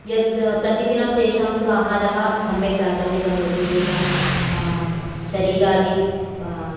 यत् प्रतिदिनं तेषाम् तु आहारः सम्यक् दातव्यः भवति तेषां शरीरादि